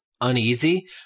Uneasy